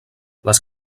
les